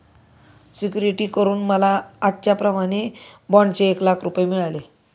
security करून मला आजच्याप्रमाणे बाँडचे एक लाख रुपये मिळाले